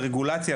ברגולציה,